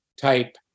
type